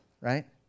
right